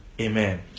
Amen